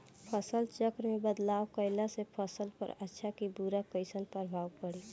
फसल चक्र मे बदलाव करला से फसल पर अच्छा की बुरा कैसन प्रभाव पड़ी?